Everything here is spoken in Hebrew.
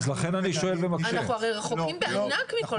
אנחנו הרי רחוקים בענק מכל שאר מדינות העולם.